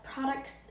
products